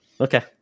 Okay